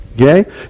Okay